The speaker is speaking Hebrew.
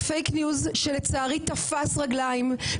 זה fake news שלצערי תפס רגליים.